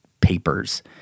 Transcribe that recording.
papers